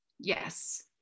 Yes